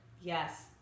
Yes